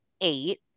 eight